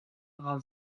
dra